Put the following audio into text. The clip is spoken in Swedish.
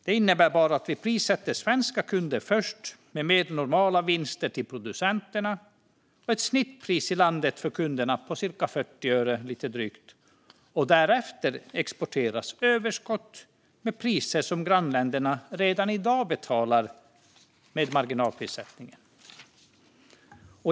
Den innebär bara att vi prissätter svenska kunder först, med mer normala vinster till producenterna och ett snittpris i landet för kunderna på lite drygt 40 öre. Därefter exporteras överskottet med priser som grannländerna redan i dag betalar med marginalprissättningen.